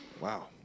Wow